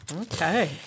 Okay